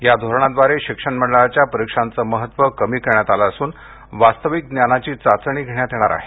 या धोरणाद्वारे शिक्षण मंडळांच्या परीक्षांचं महत्त्व कमी करण्यात आलं असून वास्तविक ज्ञानाची चाचणी घेण्यात येणार आहे